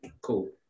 cool